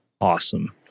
Awesome